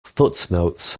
footnotes